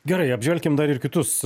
gerai apžvelkim dar ir kitus